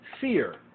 Fear